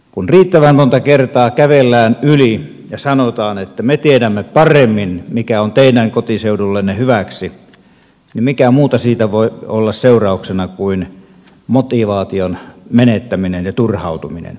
kun riittävän monta kertaa kävellään yli ja sanotaan että me tiedämme paremmin mikä on teidän kotiseudullenne hyväksi niin mitä muuta siitä voi olla seurauksena kuin motivaation menettäminen ja turhautuminen